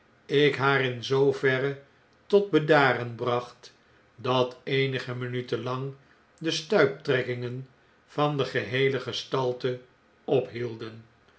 ik haar in zoover tot bedaren bracht dat eenige minuten lang de stuiptrekkingen van de geheele gestalte ophielden